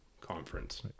conference